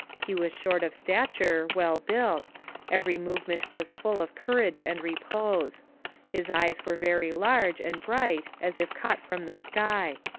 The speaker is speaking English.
he was short of stature, well built every move ment was full of courage and repose his eyes were very large, and bright, as if caught from the sky.